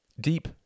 Deep